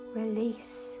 release